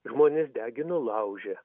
žmonės degino lauže